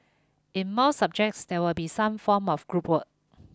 in most subjects there will be some form of group work